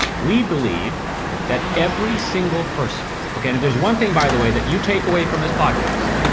we believe that every single person, okay and if there's one thing by the way that you take away from this podcast,